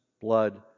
blood